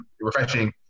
refreshing